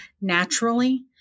naturally